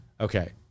Okay